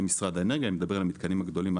משרד האנרגיה אני מדבר על המתקנים הגדולים,